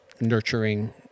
nurturing